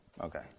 Okay